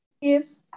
yes